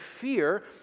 fear